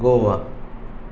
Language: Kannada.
ಗೋವಾ